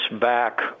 back